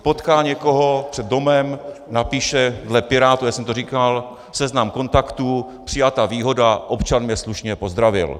Potká někoho před domem, napíše dle Pirátů, já jsem to říkal, seznam kontaktů, přijata výhoda: občan mě slušně pozdravil.